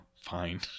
Fine